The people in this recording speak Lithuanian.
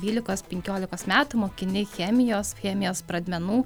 dvylikos penkiolikos metų mokini chemijos chemijos pradmenų